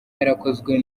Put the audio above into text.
yarakozwe